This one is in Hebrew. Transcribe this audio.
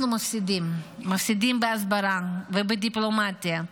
אנחנו מפסידים, מפסידים בהסברה ובדיפלומטיה.